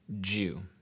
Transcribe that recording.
Jew